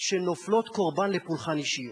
שנופלות קורבן לפולחן אישיות,